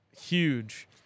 huge